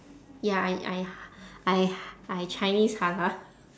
ya I I I I chinese halal